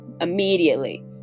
immediately